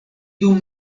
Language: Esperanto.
dum